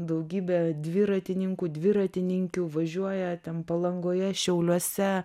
daugybė dviratininkų dviratininkių važiuoja ten palangoje šiauliuose